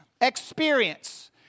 experience